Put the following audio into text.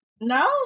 No